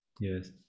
yes